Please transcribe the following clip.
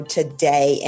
today